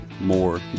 more